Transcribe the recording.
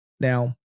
Now